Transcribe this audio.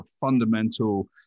fundamental